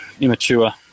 immature